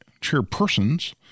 chairpersons